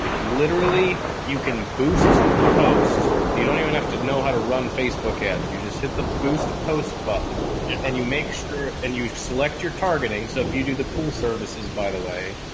literally you can boost the posts. you don't even have to know how to run facebook ads. you just hit the boost post button and you make sure and you select your targeting. so if you do the pool services, by the way,